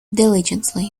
diligently